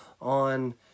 on